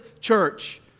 church